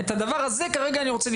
כרגע,